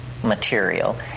Material